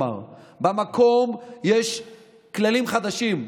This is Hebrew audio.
במקום יש מה לומר, במקום יש כללים חדשים,